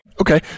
okay